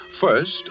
First